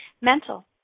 Mental